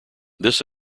this